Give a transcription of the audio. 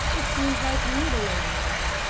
it seems like mutilating them.